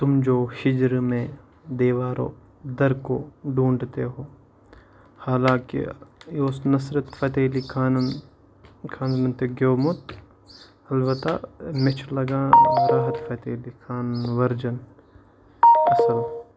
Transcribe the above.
تُم جو ہِجر میں دیوارو در کو ڈھونڈتے ہو حالانکہ یہِ اوس نُصرت فتح علی خانَن خانَن تہِ گیوٚمُت البتہ مےٚ چھُ لَگان راحت فتح علی خانُن ؤرجَن اَصٕل